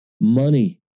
money